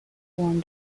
form